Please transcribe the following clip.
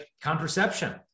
contraception